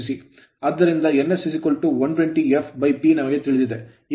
ಆದ್ದರಿಂದ nS 120 fP ನಮಗೆ ಇದು ತಿಳಿದಿದೆ ಈ ಸಂದರ್ಭದಲ್ಲಿ ಇದು 8 pole ಪೋಲ್ ಯಂತ್ರವಾಗಿದೆ